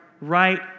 right